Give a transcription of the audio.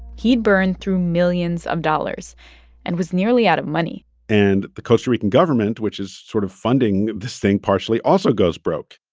he'd burned through millions of dollars and was nearly out of money and the costa rican government, which is sort of funding this thing partially, also goes broke